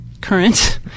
current